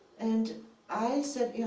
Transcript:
and i said, yeah,